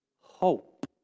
hope